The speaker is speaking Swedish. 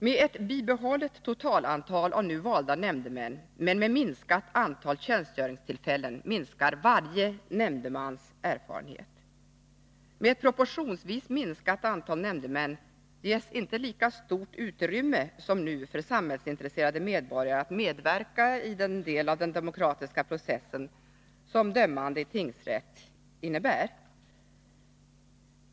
Med ett bibehållet totalantal för nu valda nämndemän men med minskat antal tjänstgöringstillfällen minskar varje nämndemans erfarenhet. Med ett proportionsvis minskat antal nämndemän ges inte lika stort utrymme som nu för samhällsintresserade medborgare att medverka i den del av den demokratiska processen som dömande i tingsrätt innebär.